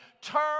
turn